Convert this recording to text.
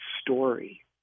story